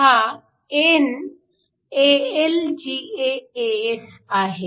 हा n AlGaAs आहे